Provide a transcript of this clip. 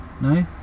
no